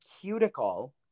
cuticle